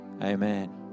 Amen